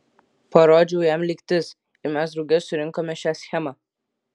parodžiau jam lygtis ir mes drauge surinkome šią schemą